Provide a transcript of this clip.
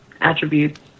attributes